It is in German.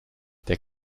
der